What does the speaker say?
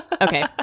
Okay